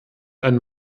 ein